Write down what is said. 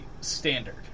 standard